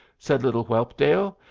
said little whelpdale.